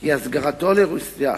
כי הסגרתו לרוסיה